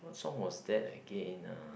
what song was that again uh